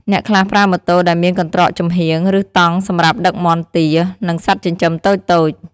អ្នកខ្លះប្រើម៉ូតូដែលមានកន្ត្រកចំហៀង ឬតង់សម្រាប់ដឹកមាន់ទា និងសត្វចិញ្ចឹមតូចៗ។